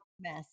mess